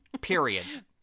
Period